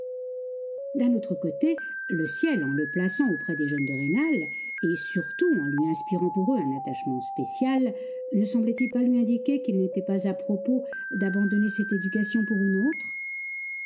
d'un autre côté le ciel en le plaçant auprès des jeunes de rênal et surtout en lui inspirant pour eux un attachement spécial ne semblait-il pas lui indiquer qu'il n'était pas à propos d'abandonner cette éducation pour une autre